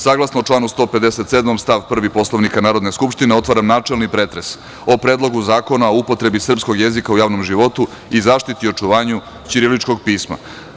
Saglasno članu 157. stav 1. Poslovnika Narodne skupštine, otvaram načelni pretres o Predlogu zakona o upotrebi srpskog jezika u javnom životu i zaštiti i očuvanju ćiriličkog pisma.